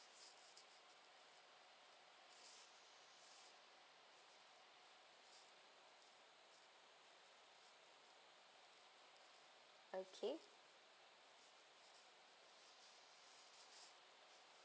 okay